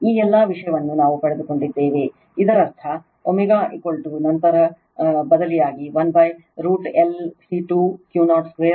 ಈ ಎಲ್ಲಾ ವಿಷಯವನ್ನು ನಾವು ಪಡೆದುಕೊಂಡಿದ್ದೇವೆ ಇದರರ್ಥ ω ನಂತರ ಬದಲಿಯಾಗಿ 1√L C2 Q022 Q02 1